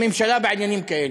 הממשלה בעניינים כאלה.